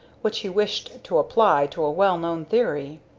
which he wished to apply to a well known theory.